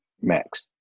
max